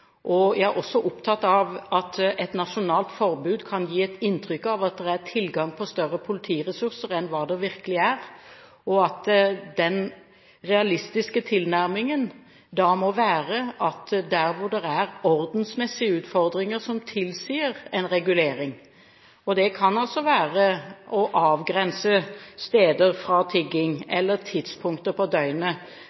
ulovlig. Jeg er også opptatt av at et nasjonalt forbud kan gi et inntrykk av at det er tilgang på større politiressurser enn hva det virkelig er, og den realistiske tilnærmingen må da være at der det er ordensmessige utfordringer som tilsier en regulering – og det kan være å avgrense steder fra tigging